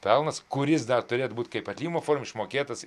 pelnas kuris dar turėtų būt kaip atlyginimo forma išmokėtas